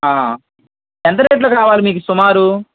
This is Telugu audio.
ఎంత రేటులో కావాలి మీకు సుమారు